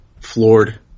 floored